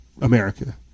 America